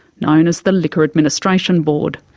known as the liquor administration board.